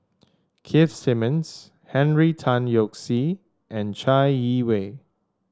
Keith Simmons Henry Tan Yoke See and Chai Yee Wei